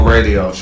Radio